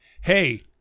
hey